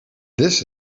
this